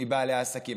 מבעלי העסקים.